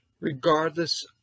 regardless